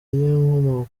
nkomoko